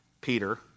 Peter